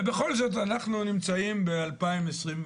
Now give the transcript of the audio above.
ובכל זאת אנחנו נמצאים ב-2021,